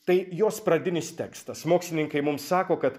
tai jos pradinis tekstas mokslininkai mums sako kad